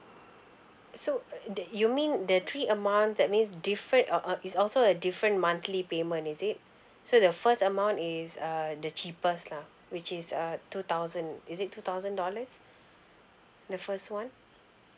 so that you mean the three amount that means different uh uh is also a different monthly payment is it so the first amount is err the cheapest lah which is uh two thousand is it two thousand dollars the first one